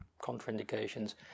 contraindications